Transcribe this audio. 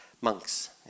monks